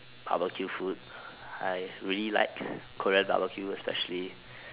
barbecue food I really like Korean barbecue especially